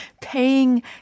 paying